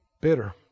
Bitter